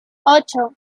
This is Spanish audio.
ocho